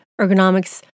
ergonomics